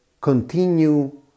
continue